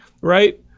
right